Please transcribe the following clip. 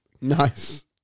Nice